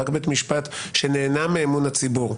רק בית משפט שנהנה מאמון הציבור,